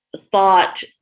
thought